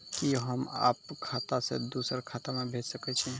कि होम आप खाता सं दूसर खाता मे भेज सकै छी?